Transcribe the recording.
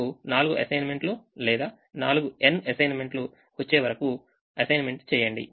మీకు 4 అసైన్మెంట్లు లేదా n అసైన్మెంట్లు వచ్చేవరకు అసైన్మెంట్లు చేయడం